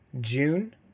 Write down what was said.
June